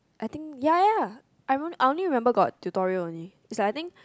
I think ya ya ya I only I only remember got tutorial only is I think